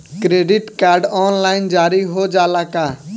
Credit card online जारी हो जाला का?